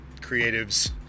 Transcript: creatives